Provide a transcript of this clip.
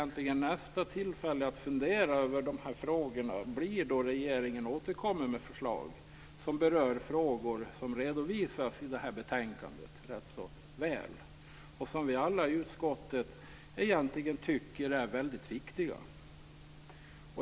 Nästa tillfälle att fundera över de här frågorna blir när regeringen återkommer med förslag som berör frågor vilka redovisas rätt väl i betänkandet och som vi alla i utskottet egentligen tycker är väldigt viktiga.